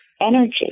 energy